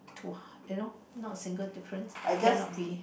too hard you know not a single different cannot be